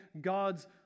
God's